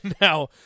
now